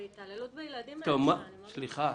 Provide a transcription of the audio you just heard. זו התעללות בילדים מעל שעה, אני מאוד מצטערת.